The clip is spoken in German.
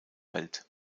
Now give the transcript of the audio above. welt